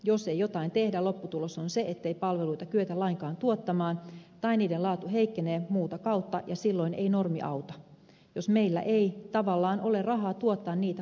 jos ei jotain tehdä lopputulos on se ettei palveluita kyetä lainkaan tuottamaan tai niiden laatu heikkenee muuta kautta ja silloin ei normi auta jos meillä ei tavallaan ole rahaa tuottaa niitä palveluita